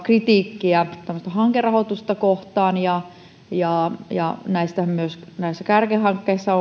kritiikkiä tämmöistä hankerahoitusta kohtaan ja ja myös näissä kärkihankkeissa